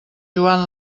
joan